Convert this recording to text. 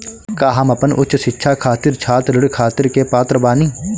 का हम अपन उच्च शिक्षा खातिर छात्र ऋण खातिर के पात्र बानी?